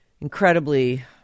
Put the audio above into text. Incredibly